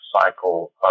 cycle